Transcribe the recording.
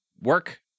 work